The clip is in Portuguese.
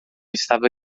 estava